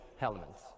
elements